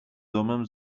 domem